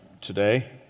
today